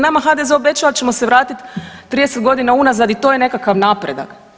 Nama HDZ obećava da ćemo se vratiti 30 godina unazad i to je nekakav napredak.